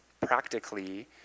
practically